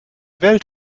welt